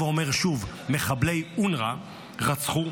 זוכרים.